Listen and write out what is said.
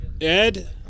Ed